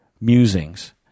musings